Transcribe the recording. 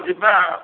ଯିବା